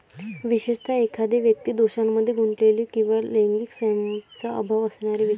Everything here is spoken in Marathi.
विशेषतः, एखादी व्यक्ती दोषांमध्ये गुंतलेली किंवा लैंगिक संयमाचा अभाव असणारी व्यक्ती